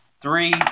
three